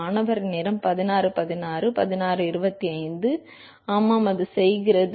மாணவர் மாணவர் ஆமாம் அது செய்கிறது